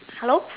hello